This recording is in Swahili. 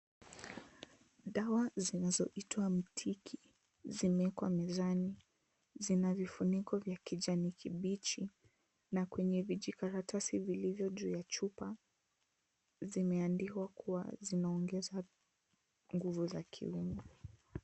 Dawa zinazoitwa mtiki zimewekwa mezani. Zina vifuniko vya kijani kibichi na kwenye vijikaratasi vilivyo juu ya chupa, zimeandikwa kuwa zimeongezwa nguvu za kiume.